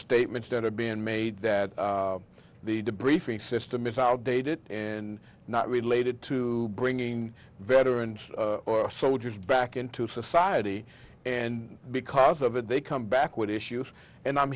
statements that have been made that the debriefing system is outdated and not related to bringing veterans or soldiers back into society and because of it they come back with issues and i'm